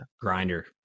Grinder